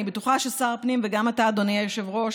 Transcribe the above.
אני בטוחה ששר הפנים, וגם אתה, אדוני היושב-ראש,